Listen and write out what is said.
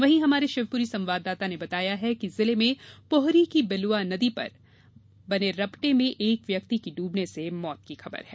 वही हमारे शिवपुरी संवाददाता ने बताया है कि जिले मे पोहरी की बिलुआ नदी पर बने रपटे में एक व्यक्ति की डूबने से मौत की खबर है